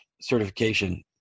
certification